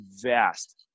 vast